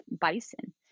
bison